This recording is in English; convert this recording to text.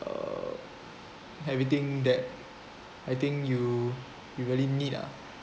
uh everything that I think you you really need ah